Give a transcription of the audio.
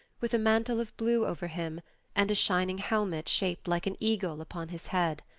with a mantle of blue over him and a shining helmet shaped like an eagle upon his head.